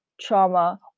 trauma